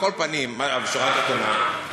בשורה התחתונה,